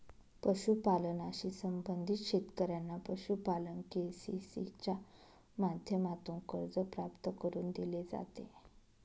पशुपालनाशी संबंधित शेतकऱ्यांना पशुपालन के.सी.सी च्या माध्यमातून कर्ज प्राप्त करून दिले जाते